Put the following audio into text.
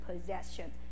possession